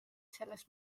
sellest